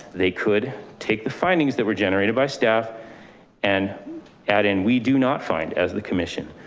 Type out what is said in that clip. they could take the findings that were generated by staff and add in. we do not find as the commission,